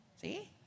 See